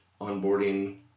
onboarding